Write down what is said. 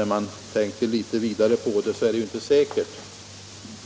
Tänker man litet vidare inser man att det inte är säkert